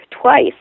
twice